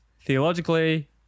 theologically